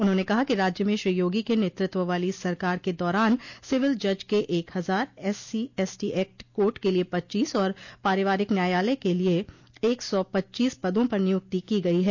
उन्होंने कहा कि राज्य में श्री योगी के नेतृत्व वाली सरकार के दौरान सिविल जज के एक हजार एससी एसटी एक्ट कोर्ट के लिये पच्चीस और पारिवारिक न्यायालय के लिये एक सौ पच्चीस पदों पर नियुक्ति की गई है